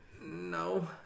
No